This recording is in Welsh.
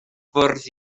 fwrdd